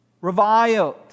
reviled